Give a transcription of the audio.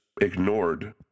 Ignored